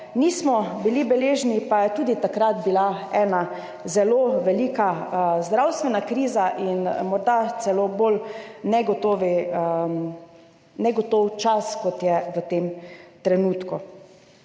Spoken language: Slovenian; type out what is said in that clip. nismo bili deležni, pa je bila tudi takrat ena zelo velika zdravstvena kriza in morda celo bolj negotov čas, kot je v tem trenutku.